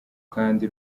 kandi